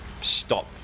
Stop